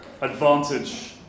advantage